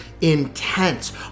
intense